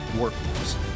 workforce